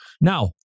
now